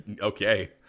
okay